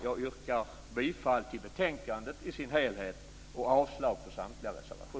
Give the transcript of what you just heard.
Jag yrkar bifall till utskottets hemställan i dess helhet och avslag på samtliga reservationer.